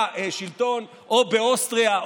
או באוסטריה,